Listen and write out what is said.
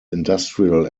industrial